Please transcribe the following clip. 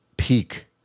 Peak